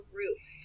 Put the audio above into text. roof